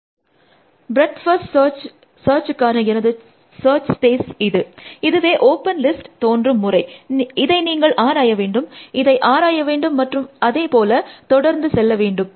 ஸ்லைடின் நேரத்தை ஒப்பிட்டு பார்க்கவும் 4849 ப்ரெட்த் ஃபர்ஸ்ட் சர்ச்சுக்கான எனது சர்ச் ஸ்பேஸ் இது இதுவே ஓப்பன் லிஸ்ட் தோன்றும் முறை இதை நீங்கள் ஆராய வேண்டும் இதை ஆராய வேண்டும் மற்றும் அதே போல தொடர்ந்து செல்ல வேண்டும்